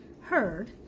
heard